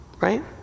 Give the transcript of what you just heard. Right